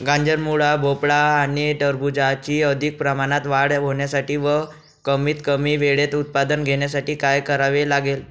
गाजर, मुळा, भोपळा आणि टरबूजाची अधिक प्रमाणात वाढ होण्यासाठी व कमीत कमी वेळेत उत्पादन घेण्यासाठी काय करावे लागेल?